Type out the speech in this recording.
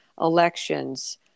elections